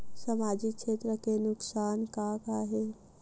सामाजिक क्षेत्र के नुकसान का का हे?